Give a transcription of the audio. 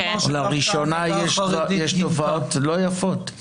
לראשונה יש תופעות לא יפות.